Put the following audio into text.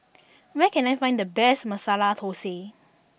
where can I find the best Masala Thosai